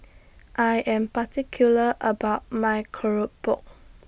I Am particular about My Keropok